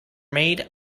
made